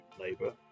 labour